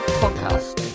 podcast